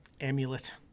Amulet